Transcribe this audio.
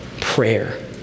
prayer